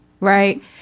right